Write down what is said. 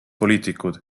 poliitikud